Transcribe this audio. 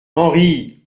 henri